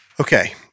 okay